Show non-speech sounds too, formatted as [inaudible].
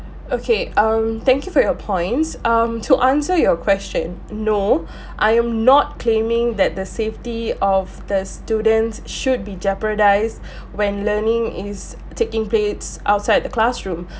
okay mm thank you for your points um to answer your question no [breath] I am not claiming that the safety of the students should be jeopardized [breath] when learning is taking place outside the classroom